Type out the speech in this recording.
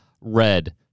red